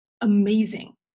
amazing